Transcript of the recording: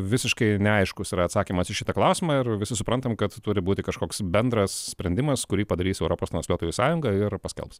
visiškai neaiškus yra atsakymas į šitą klausimą ir visi suprantam kad turi būti kažkoks bendras sprendimas kurį padarys europos transliuotojų sąjunga ir paskelbs